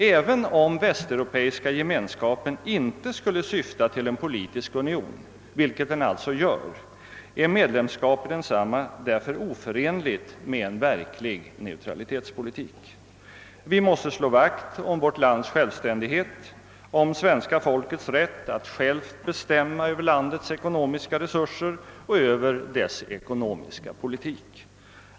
Även om Västeuropeiska gemenskapen inte skulle syfta till en politisk union — vilket den alltså gör är medlemskap i densamma därför oförenlig med en verklig neutralitetspolitik. Vi i Sverige måste slå vakt om vårt lands självständighet, om svenska folkets rätt att självt bestämma över landets ekonomiska resurser och över dess ekonomiska politik.